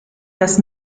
das